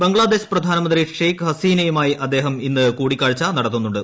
ബംഗ്ലാദേശ് പ്രധാനമന്ത്രി ഷെയ്ഖ് ഹസീനയുമായി അദ്ദേഹം ഇന്ന് കൂടിക്കാഴ്ച നടത്തുന്നുണ്ട്